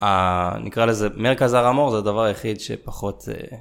אה.. נקרא לזה מרכז הר המור זה הדבר היחיד שפחות.